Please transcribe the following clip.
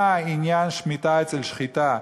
מה עניין שמיטה אצל שחיטה?